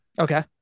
Okay